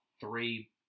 three